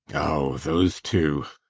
oh, those two!